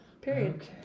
Period